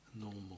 normal